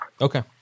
Okay